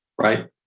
right